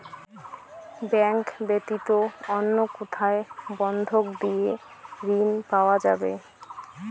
Bank ব্যাতীত অন্য কোথায় বন্ধক দিয়ে ঋন পাওয়া যাবে?